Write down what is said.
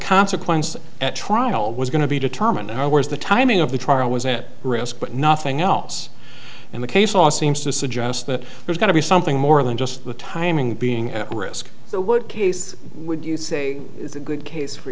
consequence at trial was going to be determined whereas the timing of the trial was at risk but nothing else in the case law seems to suggest that there's going to be something more than just the timing being at risk so what case would you say is a good case for